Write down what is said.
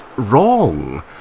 wrong